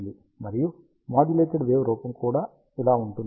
మరియు modulated wave రూపం ఇలా ఉంటుంది